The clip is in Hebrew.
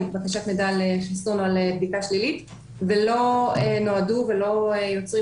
על בקשת מידע על חיסון או על בדיקה שלילית ולא נועדו ולא יוצרים